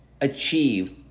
achieve